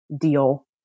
deal